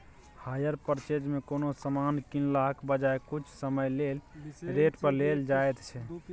hire purchase मे कोनो समान कीनलाक बजाय किछ समय लेल रेंट पर लेल जाएत छै